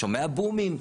שומע בומים.